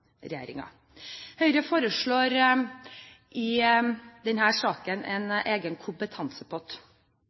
Høyre foreslår i denne saken en egen kompetansepott.